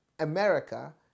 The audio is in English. America